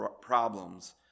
problems